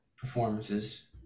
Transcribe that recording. performances